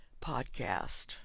Podcast